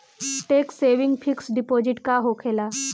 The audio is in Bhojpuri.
टेक्स सेविंग फिक्स डिपाँजिट का होखे ला?